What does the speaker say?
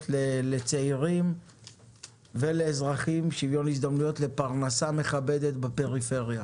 לצעירים ולאזרחים ועל האפשרות לפרנסה מכבדת בפריפריה.